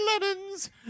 lemons